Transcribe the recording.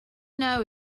know